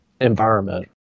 environment